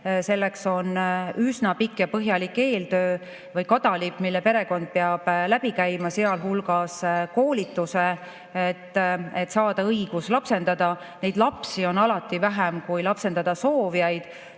Selleks on üsna pikk ja põhjalik eeltöö või kadalipp, mille perekond peab läbi käima. Sealhulgas on koolitus, et saada õigus lapsendada. Neid lapsi on alati vähem kui lapsendada soovijaid.